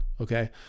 okay